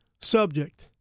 subject